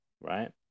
Right